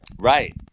right